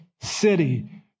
city